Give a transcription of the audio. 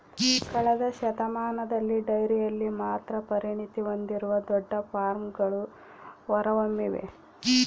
ಕಳೆದ ಶತಮಾನದಲ್ಲಿ ಡೈರಿಯಲ್ಲಿ ಮಾತ್ರ ಪರಿಣತಿ ಹೊಂದಿರುವ ದೊಡ್ಡ ಫಾರ್ಮ್ಗಳು ಹೊರಹೊಮ್ಮಿವೆ